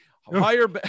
Higher